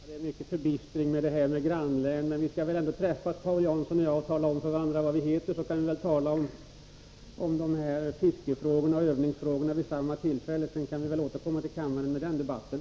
Herr talman! Det är mycket förbistring när det gäller grannlän, men Paul Jansson och jag kan väl ändå träffas och tala om för varandra vad vi heter. Och så kan vi prata om de här fiskefrågorna och övningsfrågorna vid samma tillfälle och sedan återkomma till kammaren med den debatten.